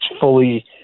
fully